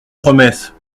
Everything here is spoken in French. promesse